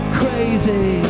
crazy